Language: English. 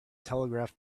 telegraph